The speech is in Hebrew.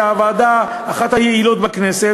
שהיא אחת הוועדות היעילות בכנסת,